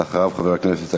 ואחריו, חבר הכנסת אגבאריה,